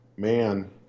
Man